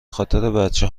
خاطربچه